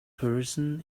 person